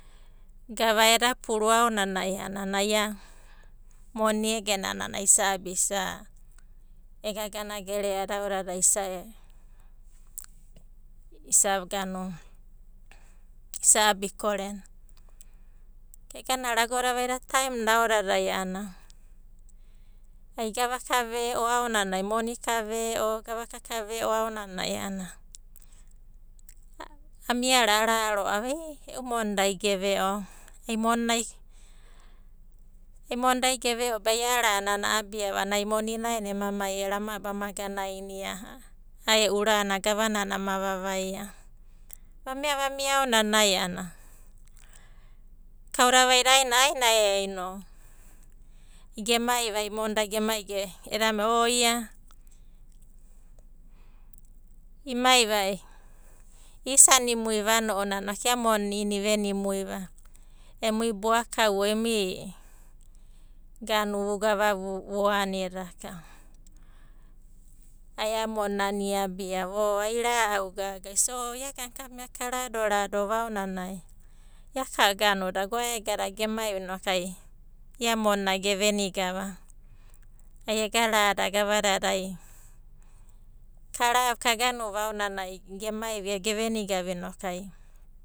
Gava eda puru aonanai a'ana ai ia monina egenana a'ana ai isa abia isa ega ganagere'ada aodadai isa isa abi korena. Eganaro'a agoda vaida taemda aodadai a'ana ai gavaka ve'o aonanai, a'ananai, moni kave'o, gavaka kave'o aonanai a'ana, amia ro'a araro'ava ei e'u monida ai geve'o. Ai monina ai monda geve'o be ai a'a rana a'abiava a'ana ai monina aenai ema mai ero ama abia ama gananainia a'a e'u rana gavanana ama vavaia. Vamia vamia aonanai a'ana kauda vaida aenai ai no gemaiva ai monda gemai va ai monda ge, edamai o ia imaiva isanimuiva a'ana ounanai inoku ia mona i'inanai i venimui va emui boaka o, emui vugava vuani. Ai a'a monina iabiava o ai ira'au gagava. O ia agana kamia ka radorado va aonanai ia monina geveniga inoku ai ega rada gavadada kara ka gemai ge veniga va.